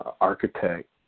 architect